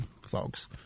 folks